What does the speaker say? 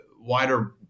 wider